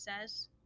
says